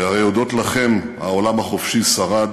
שהרי הודות לכם העולם החופשי שרד